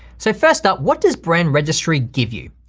so first up, what does brand registry give you?